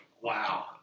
Wow